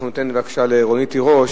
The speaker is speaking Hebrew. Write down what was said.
אנחנו ניתן לרונית תירוש